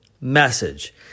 message